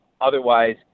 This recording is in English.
Otherwise